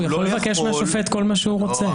הוא יכול לבקש מהשופט כל מה שהוא רוצה.